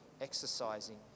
exercising